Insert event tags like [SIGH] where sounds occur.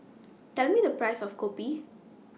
[NOISE] Tell Me The Price of Kopi